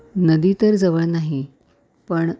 नदी तर जवळ नाही पण